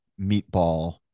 meatball